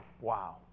Wow